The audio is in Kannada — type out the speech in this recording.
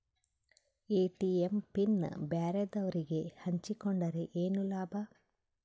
ಎ.ಟಿ.ಎಂ ಪಿನ್ ಬ್ಯಾರೆದವರಗೆ ಹಂಚಿಕೊಂಡರೆ ಏನು ಲಾಭ?